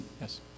yes